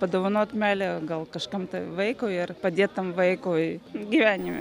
padovanot meilę gal kažkam vaikui ir padėti tam vaikui gyvenime